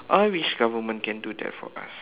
I wish government can do that for us